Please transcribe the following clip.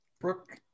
Brooke